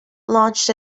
launched